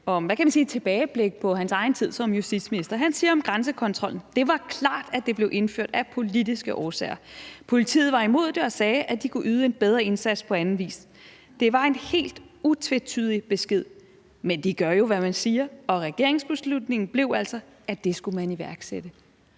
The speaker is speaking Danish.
som handler om et tilbageblik på hans egen tid som justitsminister. Han siger om grænsekontrollen: »Det var klart, at det blev indført af politiske årsager. Politiet var imod det og sagde, at de kunne yde en bedre indsats på anden vis. Det var en helt utvetydig besked. Men de gør jo, hvad man siger, og regeringsbeslutningen blev altså, at det skulle man iværksætte.«